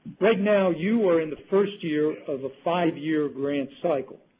right now, you are in the first year of the five-year grant cycle,